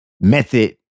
method